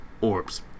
Orbs